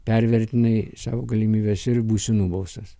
pervertinai savo galimybes ir būsi nubaustas